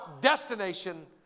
destination